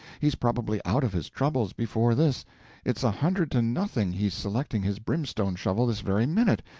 he's probably out of his troubles before this it's a hundred to nothing he's selecting his brimstone-shovel this very minute.